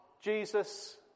Jesus